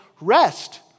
Rest